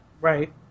Right